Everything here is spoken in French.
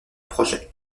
projet